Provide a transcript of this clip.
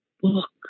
book